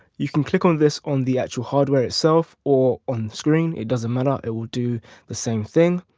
you can click on this on the actual hardware itself or on screen it doesn't matter it will do the same thing.